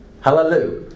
Hallelujah